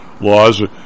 laws